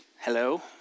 Hello